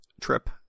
trip